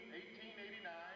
1889